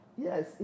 Yes